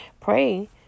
Pray